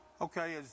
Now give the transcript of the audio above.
Okay